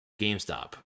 GameStop